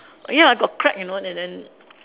ya I got crack you know and then